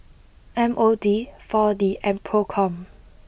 M O D four D and PRO com